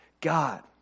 God